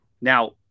now